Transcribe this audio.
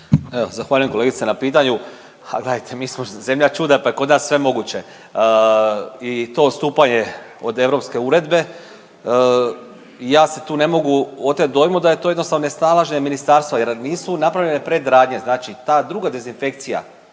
Zahvaljujem kolegice na pitanju. A gledajte, mi smo zemlja čuda pa kod nas je sve moguće. I to odstupanje od europske uredbe. Ja se tu ne mogu otet dojmu da je to jednostavno nesnalaženje ministarstva jer nisu napravljene predradnje. Znači ta druga dezinfekcija